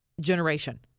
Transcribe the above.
generation